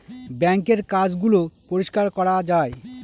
বাঙ্কের কাজ গুলো পরিষ্কার করা যায়